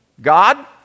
God